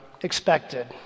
expected